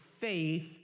faith